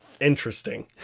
interesting